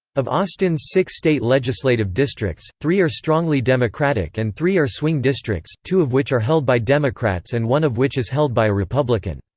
of austin's six state legislative districts, three are strongly democratic and three are swing districts, two of which are held by democrats and one of which is held by a republican.